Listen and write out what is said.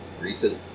recent